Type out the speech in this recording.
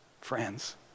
friends